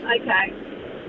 Okay